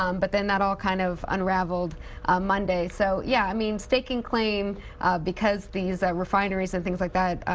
um but then that all kind of unraveled ah monday. so yeah i mean staking claim because these refineries and things like that,